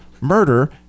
murder